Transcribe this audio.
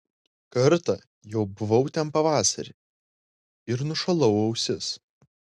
kartą jau buvau ten pavasarį ir nušalau ausis